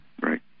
Right